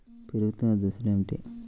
పెరుగుతున్న దశలు ఏమిటి?